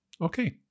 Okay